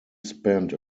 spent